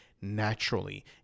naturally